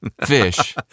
fish